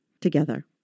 together